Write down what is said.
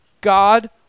God